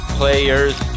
players